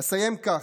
אסיים כך: